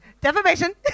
defamation